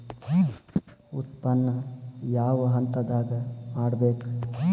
ಉತ್ಪನ್ನ ಯಾವ ಹಂತದಾಗ ಮಾಡ್ಬೇಕ್?